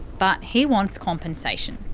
but he wants compensation.